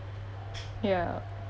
ya